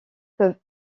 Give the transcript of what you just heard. peuvent